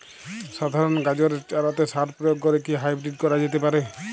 সাধারণ গাজরের চারাতে সার প্রয়োগ করে কি হাইব্রীড করা যেতে পারে?